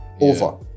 over